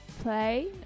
play